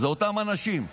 אלה אותם אנשים.